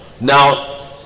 Now